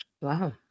Wow